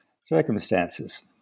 circumstances